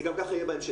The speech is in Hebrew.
זה גם ככה יהיה בהמשך,